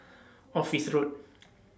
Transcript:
Office Road